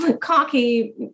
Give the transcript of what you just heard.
Cocky